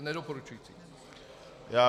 Nedoporučující.